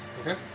Okay